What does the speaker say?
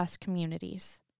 communities